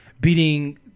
beating